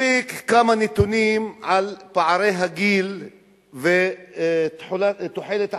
מספיקים כמה נתונים על פערי הגיל ועל תוחלת החיים.